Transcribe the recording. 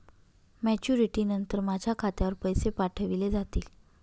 Maturity नंतर माझ्या खात्यावर पैसे पाठविले जातील?